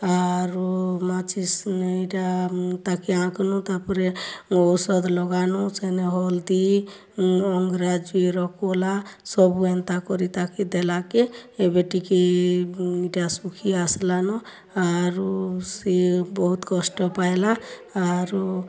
ଆରୁ ମାଚିସ୍ ମାନେ ଇଟା ତା'କେ ଆକଁଲୁ ତା'ପ୍ରେ ଔଷଧ୍ ଲଗାଲୁଁ ସେନେ ହଲ୍ଦୀ ଅଙ୍ଗରା ଯୁଏର କଲା ସବୁ ଏନ୍ତାକରି ତା'କେ ଦେଲା କେ ଏବେ ଟିକେ ଇ'ଟା ଶୁଖି ଆସ୍ଲାନ ଆରୁ ସେ ବହୁତ୍ କଷ୍ଟ ପାଏଲା ଆରୁ